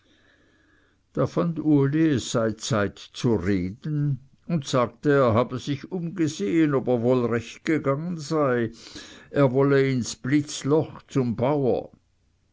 es sei zeit zu reden und sagte er habe sich umgesehen ob er wohl recht gegangen sei er wolle ins blitzloch zum bauer